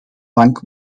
bank